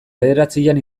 bederatzian